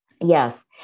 Yes